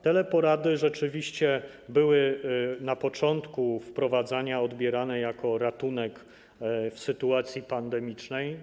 Teleporady rzeczywiście były na początku wprowadzania odbierane jako ratunek w sytuacji pandemicznej.